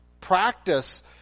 practice